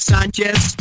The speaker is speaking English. Sanchez